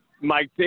Mike –